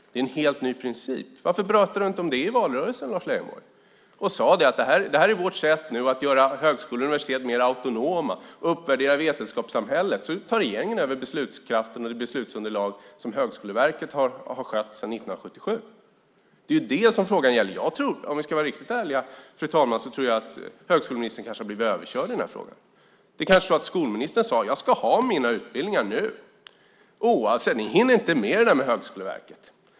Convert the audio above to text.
Det är en helt ny princip. Varför pratade du inte om det i valrörelsen, Lars Leijonborg, och sade att det här är vårt sätt att göra högskolor och universitet mer autonoma? För att uppvärdera vetenskapssamhället tar regeringen över beslutsunderlag som Högskoleverket har skött sedan 1977. Det är ju det som frågan gäller. Om vi ska vara riktigt ärliga, fru talman, tror jag att högskoleministern kanske har blivit överkörd i den här frågan. Utbildningsministern kanske sade: Jag ska ha mina utbildningar nu. Ni hinner inte med att ta in Högskoleverket.